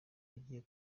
agiye